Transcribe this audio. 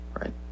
right